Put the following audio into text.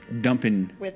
Dumping